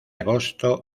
agosto